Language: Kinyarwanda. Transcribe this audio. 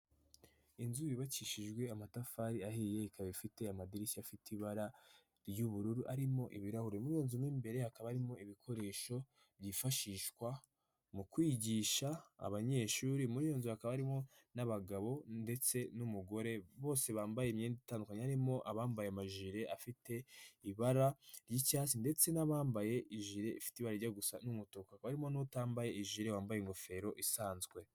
Inzu yubakishijwe amatafari ahiye. Ikaba ifite amadirishya afite ibara ry'ubururu arimo ibirahuri. Muri iyo nzu mo imbere hakaba harimo ibikoresho byifashishwa mu kwigisha abanyeshuri. Muri iyo nzu hakaba harimo n'abagabo ndetse n'umugore bose bambaye imyenda itandukanye. Harimo abambaye amajire afite ibara ry'icyatsi ndetse n'abambaye ijire ifite ibara rijya gusa n'umutuku. Harimo n'utambaye ijire wambaye ingofero isanzwe.